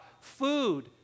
food